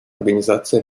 организации